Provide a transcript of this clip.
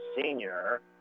senior